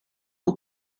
aux